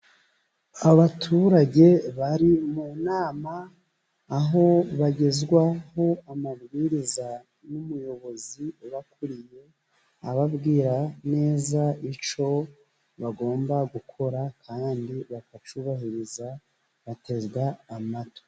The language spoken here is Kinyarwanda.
Abaturage bari mu nama aho bagezwaho amabwiriza n'umuyobozi ubakuriye, ababwira neza icyo bagomba gukora, kandi bakacyubahiriza bateze amatwi.